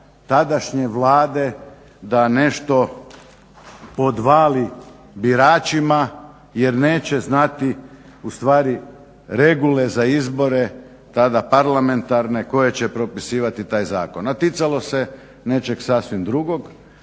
tadašnje Vlade da nešto podvali biračima jer neće znati ustvari regule za izbore tada parlamentarne koje će propisivati taj zakon a ticalo se sasvim nečeg sasvim drugog.